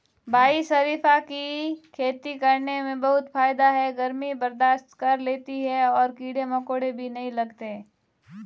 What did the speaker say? भाई शरीफा की खेती करने में बहुत फायदा है गर्मी बर्दाश्त कर लेती है और कीड़े मकोड़े भी नहीं लगते